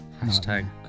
Hashtag